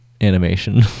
animation